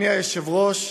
אדוני היושב-ראש,